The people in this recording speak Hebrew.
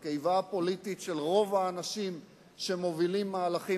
הקיבה הפוליטית של רוב האנשים שמובילים מהלכים